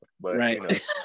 Right